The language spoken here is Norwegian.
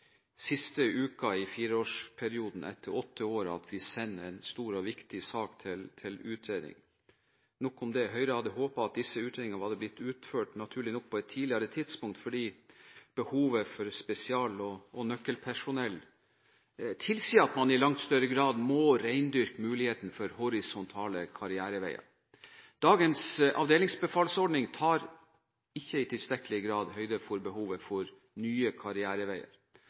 siste uken av fireårsperioden – etter åtte år – at regjeringen sender en stor og viktig sak til utredning. Nok om det. Høyre hadde naturlig nok håpet at disse utredningene var blitt utført på et tidligere tidspunkt, for behovet for spesial- og nøkkelpersonell tilsier at man i langt større grad må rendyrke muligheten for horisontale karriereveier. Dagens avdelingsbefalsordning tar ikke i tilstrekkelig grad høyde for behovet for nye karriereveier